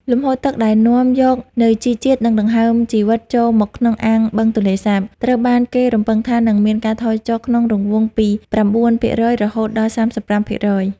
លំហូរទឹកដែលនាំយកនូវជីវជាតិ និងដង្ហើមជីវិតចូលមកក្នុងអាងបឹងទន្លេសាប ត្រូវបានគេរំពឹងថានឹងមានការថយចុះក្នុងរង្វង់ពី ៩% រហូតដល់ ៣៥%។